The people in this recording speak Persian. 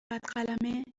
قلمه